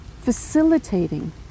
facilitating